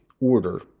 order